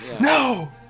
No